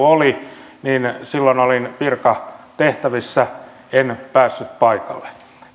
oli niin silloin olin virkatehtävissä en päässyt paikalle